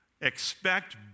Expect